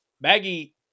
Maggie